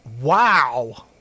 Wow